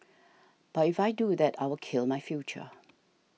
but if I do that I will kill my future